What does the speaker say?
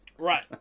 Right